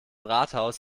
rathaus